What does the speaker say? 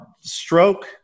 stroke